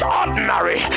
ordinary